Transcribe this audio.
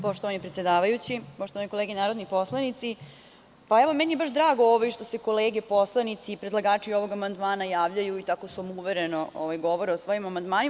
Poštovani predsedavajući, poštovane kolege narodni poslanici, meni je baš drago što se kolege narodni poslanici i predlagači ovoga amandmana javljaju i tako samouvereno govore o svojim amandmanima.